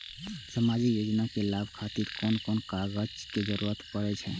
सामाजिक योजना के लाभक खातिर कोन कोन कागज के जरुरत परै छै?